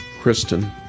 Kristen